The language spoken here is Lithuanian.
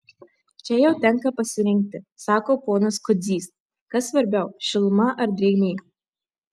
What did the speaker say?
čia jau tenka pasirinkti sako ponas kudzys kas svarbiau šiluma ar drėgmė